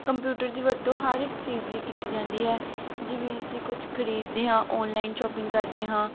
computer ਦੀ ਵਰਤੋਂ ਹਰ ਇੱਕ ਚੀਜ਼ ਲਈ ਕੀਤੀ ਜਾਂਦੀ ਹੈ ਜਿਵੇਂ ਅਸੀਂ ਕੁਝ ਖਰੀਦਦੇ ਹਾਂ ਆਨਲਾਈਨ ਸ਼ੋਪਿੰਗ ਕਰਦੇ ਹਾਂ